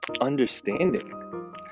understanding